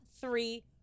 three